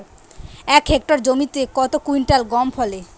এক হেক্টর জমিতে কত কুইন্টাল গম ফলে?